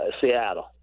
Seattle